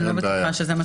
אין בעיה.